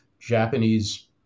Japanese